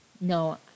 No